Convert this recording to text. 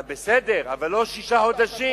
בסדר, אבל לא שישה חודשים.